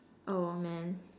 oh man